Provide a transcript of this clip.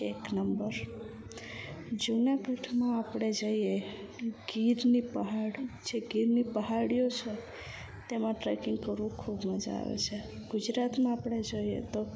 એક નંબર જુનાગઢમાં આપણે જઈએ ગીરની પહાડ જે ગીરની પહાડીઓ છે તેમાં ટ્રેકિંગ કરવું ખૂબ મજા આવે છે ગુજરાતમાં આપણે જોઈએ તો